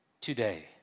today